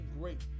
great